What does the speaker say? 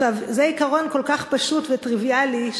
זה עיקרון כל כך פשוט וטריוויאלי,